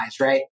right